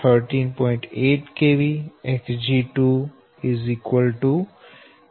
8 kV Xg2 0